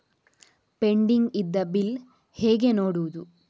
Pending ಇದ್ದ bill ಹೇಗೆ ನೋಡುವುದು?